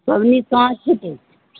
पाबनि कहाँ छुटै छै